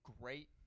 great